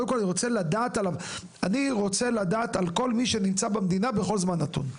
קודם כל אני רוצה לדעת על כל מי שנמצא במדינה בכל זמן נתון.